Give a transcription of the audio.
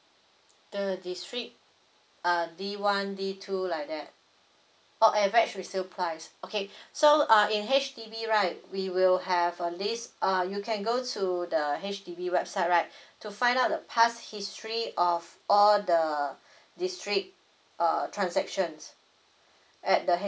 the district uh D one D two like that orh average resale price okay so uh in H_D_B right we will have a list uh you can go to the H_D_B website right to find out the past history of all the district uh transaction at the